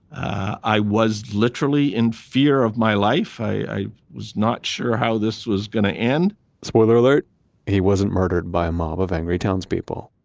i was literally in fear of my life. i i was not sure how this was going to end spoiler alert he wasn't murdered by a mob of angry townspeople,